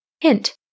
Hint